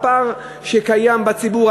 הפער שקיים בציבור,